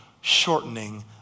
shortening